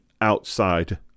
outside